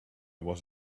was